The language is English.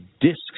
discs